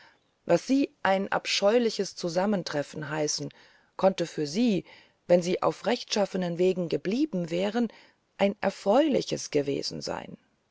was sie ein abscheuliches zusammentreffen heißen konnte für sie wenn sie auf rechtschaffenen wegen geblieben wären ein erfreuliches gewesen sein